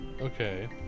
Okay